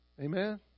Amen